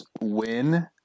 win